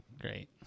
Great